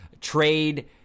trade